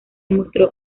mostró